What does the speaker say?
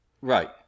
Right